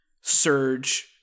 surge